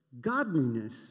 godliness